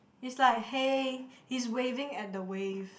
it's like hey he's waving at the wave